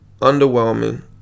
Underwhelming